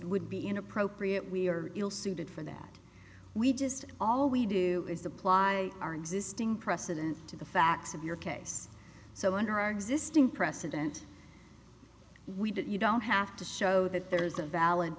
would be inappropriate we are ill suited for that we just all we do is apply our existing precedent to the facts of your case so under our existing precedent we didn't you don't have to show that there's a valid